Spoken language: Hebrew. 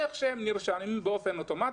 איך שהם נרשמים זה יהיה אוטומטי.